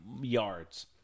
yards